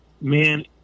man